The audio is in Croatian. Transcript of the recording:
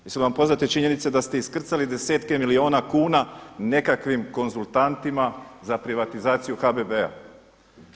Jesu vam poznate činjenice da ste iskrcali desetke milijune kuna nekakvim konzultantima za privatizaciju HPB-a?